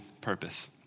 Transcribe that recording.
purpose